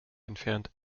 entfernt